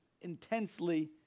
intensely